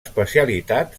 especialitat